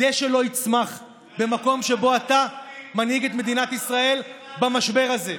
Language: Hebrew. דשא לא יצמח במקום שבו אתה מנהיג את מדינת ישראל במשבר הזה.